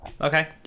Okay